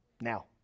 Now